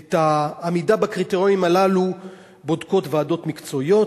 את העמידה בקריטריונים הללו בודקות ועדות מקצועיות